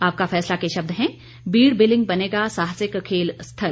आपका फैसला के शब्द हैं बीड़ बिलिंग बनेगा साहसिक खेल स्थल